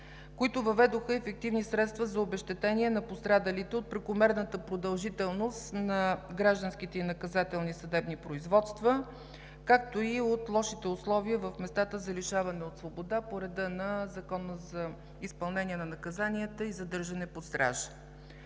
които въведоха ефективни средства за обезщетение на пострадалите от прекомерната продължителност на гражданските и наказателни съдебни производства, както и от лошите условия в местата за лишаване от свобода по Закона за изпълнение на наказанията и задържане под стража.